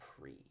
Pre